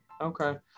okay